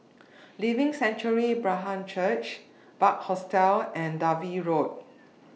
Living Sanctuary Brethren Church Bunc Hostel and Dalvey Road